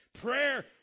prayer